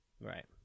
Right